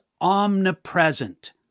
omnipresent